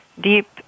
deep